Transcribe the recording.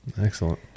Excellent